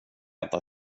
äta